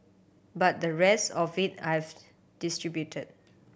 but the rest of it I've distributed